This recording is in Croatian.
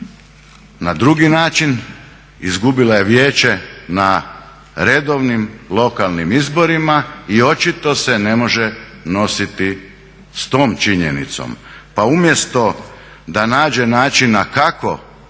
na drugi način, izgubila je vijeće na redovnim lokalnim izborima i očito se ne može nositi s tom činjenicom. Pa umjesto da nađe načina kako